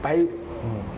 but mm